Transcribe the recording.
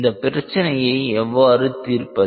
இந்தப் பிரச்சினையை எவ்வாறு தீர்ப்பது